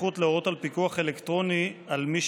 סמכות להורות על פיקוח אלקטרוני על מי